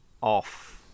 off